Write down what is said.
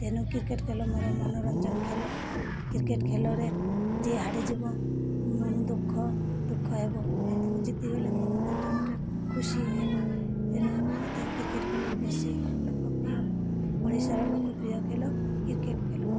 ତେଣୁ କ୍ରିକେଟ ଖେଳ ମୋର ମନୋରଞ୍ଜନ ଖେଳ କ୍ରିକେଟ ଖେଳରେ ଯିଏ ହାରିଯିବ ମନ ଦୁଃଖ ଦୁଃଖ ହେବ କିନ୍ତୁ ଜିତି ଗଲେ ମନୋରଞ୍ଜନରେ ଖୁସି ହେବ ତେଣୁ ମୋତେ କ୍ରିକେଟ ଖେଳ ବେଶୀ ଲୋକପ୍ରିୟ ଓଡ଼ିଶାର ଲୋକପ୍ରିୟ ଖେଳ କ୍ରିକେଟ ଖେଳ